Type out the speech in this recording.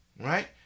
Right